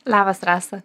labas rasa